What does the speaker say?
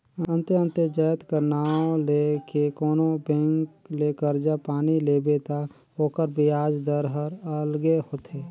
अन्ते अन्ते जाएत कर नांव ले के कोनो बेंक ले करजा पानी लेबे ता ओकर बियाज दर हर अलगे होथे